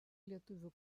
lietuvių